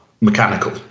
mechanical